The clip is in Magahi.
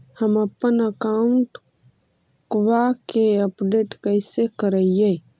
हमपन अकाउंट वा के अपडेट कैसै करिअई?